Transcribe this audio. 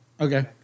okay